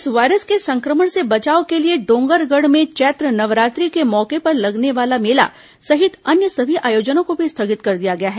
इस वायरस के संक्रमण से बचाव के लिए डोंगरगढ़ में चैत्र नवरात्रि के मौके पर लगने वाला मेला सहित अन्य सभी आयोजनों को भी स्थगित कर दिया गया हैं